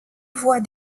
voie